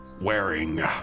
wearing